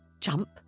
jump